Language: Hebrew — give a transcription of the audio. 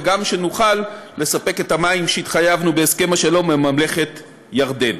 וגם כדי שנוכל לספק את המים שהתחייבנו לספק בהסכם השלום לממלכת ירדן.